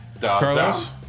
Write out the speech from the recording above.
Carlos